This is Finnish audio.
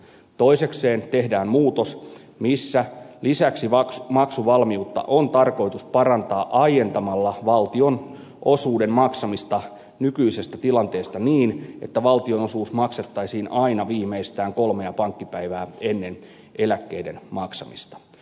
toisekseen tehdään muutos jossa lisäksi maksuvalmiutta on tarkoitus parantaa aientamalla valtion osuuden maksamista nykyisestä tilanteesta niin että valtionosuus maksettaisiin aina viimeistään kolmea pankkipäivää ennen eläkkeiden maksamista